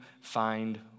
find